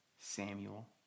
Samuel